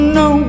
no